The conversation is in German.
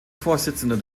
vorsitzender